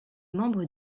membre